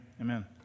amen